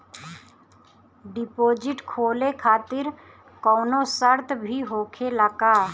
Deposit खोले खातिर कौनो शर्त भी होखेला का?